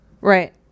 Right